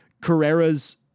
Carrera's